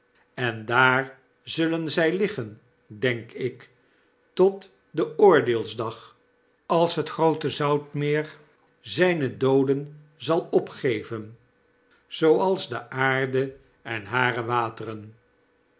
en daar zullen zij liggen denk ik tot den oordeelsdag als het groote zoutmeer zyne dooden zal opgeven zooals de aarde en hare wateren